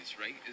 right